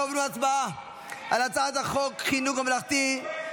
אנו עוברים להצבעה על הצעת חוק חינוך ממלכתי (תיקון,